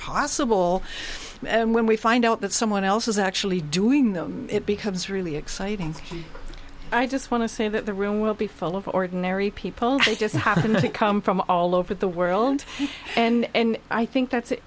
possible when we find out that someone else is actually doing them it becomes really exciting i just want to say that the room will be full of ordinary people who just happen to come from all over the world and i think that's it